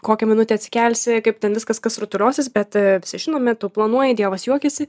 kokią minutę atsikelsi kaip ten viskas kas rutuliosis bet visi žinome tu planuoji dievas juokiasi